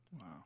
Wow